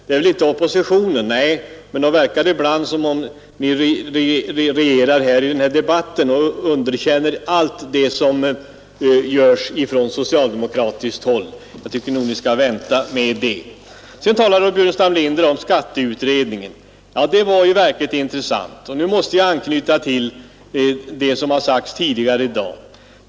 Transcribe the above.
Nej, men i den här debatten verkar det ibland som om ni tror att Ni regerar. Ni underkänner allt som görs från socialdemokratiskt håll. Herr Burenstam Linder talar vidare om skatteutredningen. Det var verkligt intressant, och nu måste jag anknyta till vad som har sagts tidigare i dag.